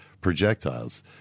projectiles